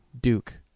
Duke